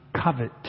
covet